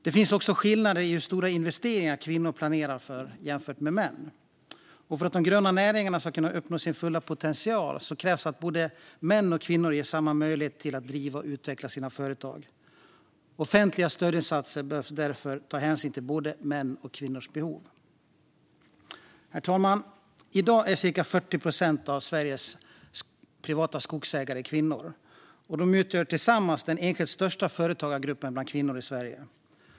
Det finns också skillnader i hur stora investeringar kvinnor planerar för jämfört med män. För att de gröna näringarna ska kunna uppnå sin fulla potential krävs att män och kvinnor ges samma möjligheter att driva och utveckla sina företag. Offentliga stödinsatser behöver därför ta hänsyn till både mäns och kvinnors behov. Herr talman! I dag är cirka 40 procent av Sveriges privata skogsägare kvinnor. De utgör tillsammans den enskilt största företagargruppen bland kvinnor i Sverige.